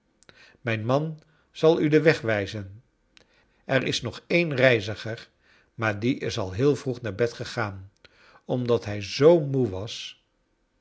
mijn man zal u den weg wijzen er is nog een reiziger maar die is al heel vroeg naar bed gegaan omdat hij zoo moe was